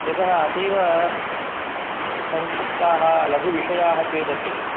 यतः अतीव सङ्क्षिप्ताः लघुविषयाः चेदपि